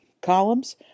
columns